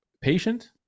patient